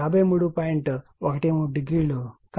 130 మరియు కరెంట్ వెనుకబడి ఉంటుంది